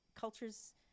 cultures